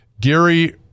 Gary